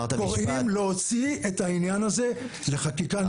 אנחנו בלשכת הביטוח קוראים להוציא את העניין הזה לחקיקה נפרדת.